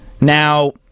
Now